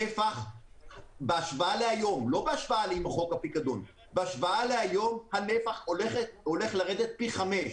הנפח בהשוואה להיום לא בהשוואה לחוק הפיקדון הולך לרדת פי חמישה.